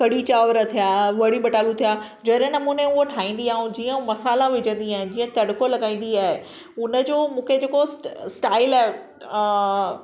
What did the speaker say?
कढ़ी चांवर थिया वड़ी ॿटालू थिया जहिड़े नमूने हूअ ठाहींदी आहे ऐं जीअं उ मसाल्हा विझंदी आहिनि जीअं तड़िको लॻाईंदी आहे उनजो जेको मूंखे स स्टाइल आहे